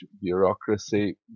bureaucracy